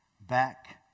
back